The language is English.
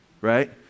right